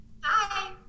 Hi